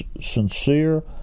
sincere